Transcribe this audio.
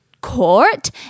court